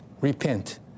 repent